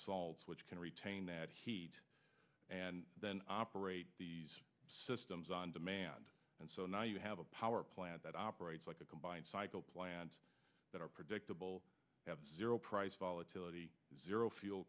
salt which can retain that heat and then operate these systems on demand and so now you have a power plant that operates like a combined cycle plants that are predictable have zero price